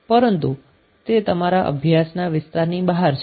પરંતુ તે તમારા અભ્યાસના વિસ્તારની બહાર છે